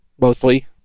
mostly